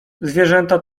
zwierzęta